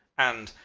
and,